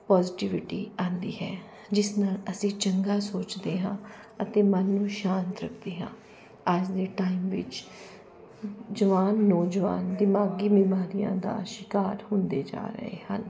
positivity ਆਉਂਦੀ ਹੈ ਜਿਸ ਅਸੀਂ ਚੰਗਾ ਸੋਚਦੇ ਹਾਂ ਅਤੇ ਮਨ ਨੂੰ ਸ਼ਾਂਤ ਰੱਖਦੇ ਹਾਂ ਅੱਜ ਦੇ ਟਾਈਮ ਵਿੱਚ ਜਵਾਨ ਨੌਜਵਾਨ ਦਿਮਾਗੀ ਬਿਮਾਰੀਆਂ ਦਾ ਸ਼ਿਕਾਰ ਹੁੰਦੇ ਜਾ ਰਹੇ ਹਨ